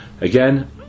again